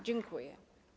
Dziękuję.